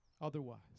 otherwise